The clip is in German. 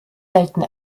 selten